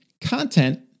content